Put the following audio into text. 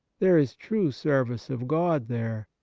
there is true service of god there,